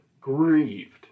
grieved